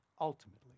ultimately